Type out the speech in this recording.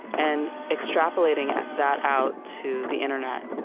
and extrapolating that out to the internet